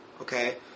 Okay